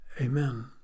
amen